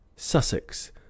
Sussex